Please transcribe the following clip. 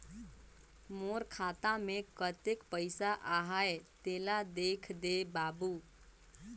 मोर खाता मे कतेक पइसा आहाय तेला देख दे बाबु?